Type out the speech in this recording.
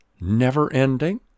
never-ending